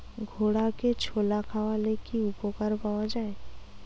ঘোড়াকে ছোলা খাওয়ালে কি উপকার পাওয়া যায়?